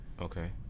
Okay